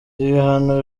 ibihano